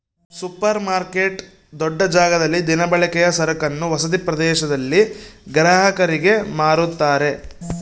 super market ದೊಡ್ಡ ಜಾಗದಲ್ಲಿ ದಿನಬಳಕೆಯ ಸರಕನ್ನು ವಸತಿ ಪ್ರದೇಶದಲ್ಲಿ ಗ್ರಾಹಕರಿಗೆ ಮಾರುತ್ತಾರೆ